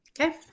Okay